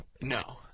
No